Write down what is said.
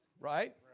Right